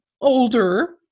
older